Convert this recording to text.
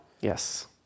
Yes